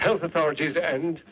health authorities and